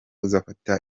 uzafata